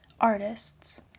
artists